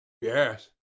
Yes